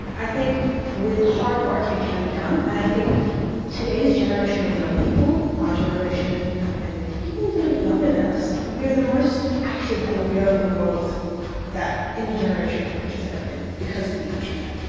i think with hard work it can be done, and i think today's generation of young people, our generation and people even a bit younger than us, we are the most active and aware of the world that any generation our age has ever been because of the internet.